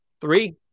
Three